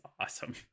awesome